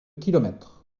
kilomètres